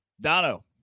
Dono